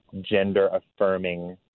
gender-affirming